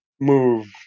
move